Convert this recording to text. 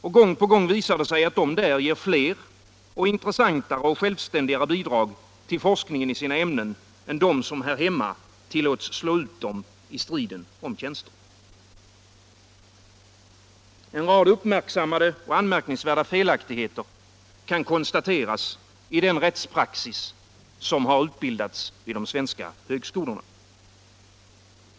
Och gång på gång visar det sig att de där ger fler, intressantare och självständigare bidrag till forskningen i sina ämnen än de som här hemma tillåts slå ut dem i striden om tjänster. En rad uppmärksammade och anmärkningsvärda felaktigheter kan konstateras i den rättspraxis som har utbildats vid de svenska högskolorna.